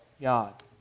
God